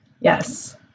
yes